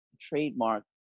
trademark